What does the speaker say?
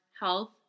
health